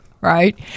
right